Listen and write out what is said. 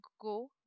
go